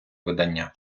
видання